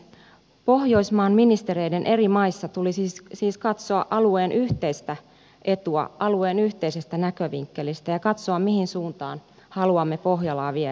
pohjoismaiden ministereiden eri maissa tulisi siis katsoa alueen yhteistä etua alueen yhteisestä näkövinkkelistä ja katsoa mihin suuntaan haluamme pohjolaa viedä